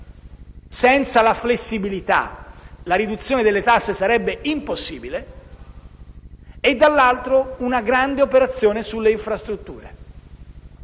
Senza la flessibilità la riduzione delle tasse sarebbe impossibile. Vi è, poi, una grande operazione sulle infrastrutture.